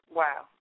wow